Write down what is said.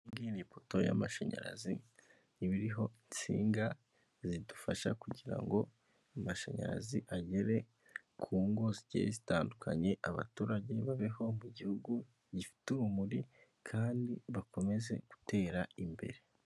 Ni ipoto y'amashanyarazi ntibiriho insinga zidufasha kugira ngo amashanyarazi agere ku ngo zigiye zitandukanye, abaturage babeho mu gihugu gifite urumuri kandi bakomeze gutera imbere.